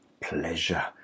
pleasure